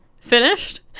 finished